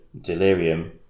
delirium